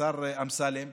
השר אמסלם,